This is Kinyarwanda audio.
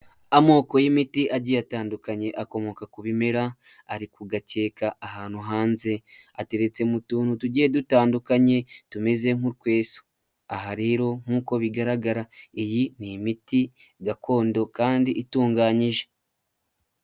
Amoko y'imiti agiye atandukanye akomoka ku bimera ari kugakeka ahantu hanze ateretse mu tuntu tugiye dutandukanye tumeze nk'utweso. Aha rero nk'uko bigaragara iyi ni imiti gakondo kandi itunganyije.